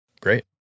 Great